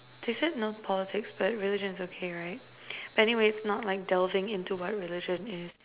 they said no politics but religion is okay right but anyway not like dwelling into what religion is